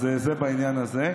אז זה בעניין הזה.